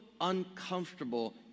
uncomfortable